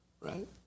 right